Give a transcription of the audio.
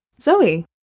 Zoe